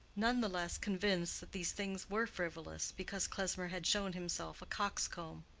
none the less convinced that these things were frivolous because klesmer had shown himself a coxcomb.